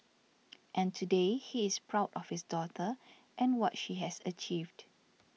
and today he is proud of his daughter and what she has achieved